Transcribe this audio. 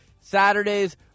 Saturdays